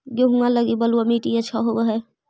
गेहुआ लगी बलुआ मिट्टियां अच्छा होव हैं?